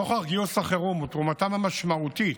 נוכח גיוס החירום ותרומתם המשמעותית